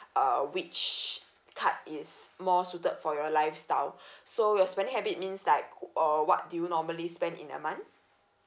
uh which card is more suited for your lifestyle so your spending habit means like uh what do you normally spend in a month